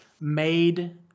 made